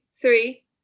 three